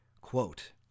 quote